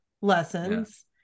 lessons